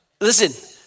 Listen